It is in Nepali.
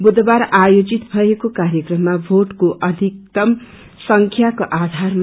बुधबार आयोजित भएको कार्यक्रममा भोट को अधिकतम संख्याको आयारमा